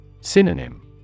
Synonym